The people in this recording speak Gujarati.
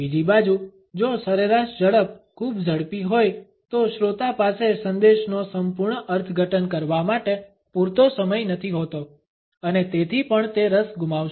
બીજી બાજુ જો સરેરાશ ઝડપ ખૂબ ઝડપી હોય તો શ્રોતા પાસે સંદેશનો સંપૂર્ણ અર્થઘટન કરવા માટે પૂરતો સમય નથી હોતો અને તેથી પણ તે રસ ગુમાવશે